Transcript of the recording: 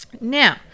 now